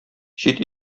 чит